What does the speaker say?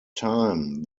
time